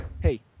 Hey